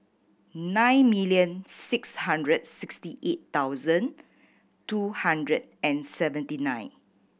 nine million six hundred sixty eight thousand two hundred and seventy nine